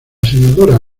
senadora